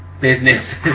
business